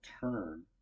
turn